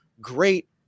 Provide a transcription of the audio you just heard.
great